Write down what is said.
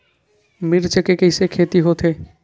मिर्च के कइसे खेती होथे?